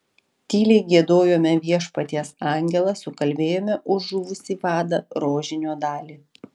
tyliai giedojome viešpaties angelą sukalbėjome už žuvusį vadą rožinio dalį